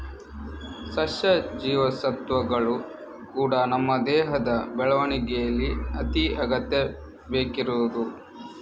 ಸಸ್ಯ ಜೀವಸತ್ವಗಳು ಕೂಡಾ ನಮ್ಮ ದೇಹದ ಬೆಳವಣಿಗೇಲಿ ಅತಿ ಅಗತ್ಯ ಬೇಕಿರುದು